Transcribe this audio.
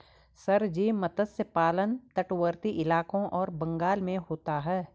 sir ji मत्स्य पालन तटवर्ती इलाकों और बंगाल में होता है